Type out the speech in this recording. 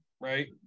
right